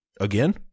again